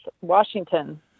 Washington